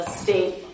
state